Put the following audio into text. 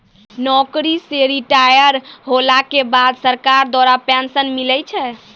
नौकरी से रिटायर होला के बाद सरकार द्वारा पेंशन मिलै छै